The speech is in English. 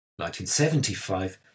1975